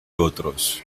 otros